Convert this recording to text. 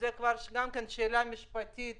שזו גם כן שאלה משפטית